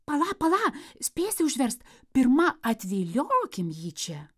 pala pala spėsi užverst pirma atviliokim jį čia